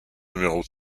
numéro